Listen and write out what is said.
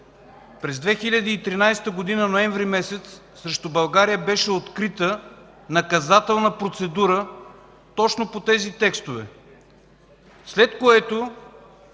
през месец ноември 2013 г. срещу България беше открита наказателна процедура точно по тези текстове, след което